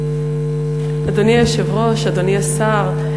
אדוני היושב-ראש, אדוני השר,